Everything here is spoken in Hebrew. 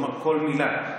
הוא אמר: "כל מילה".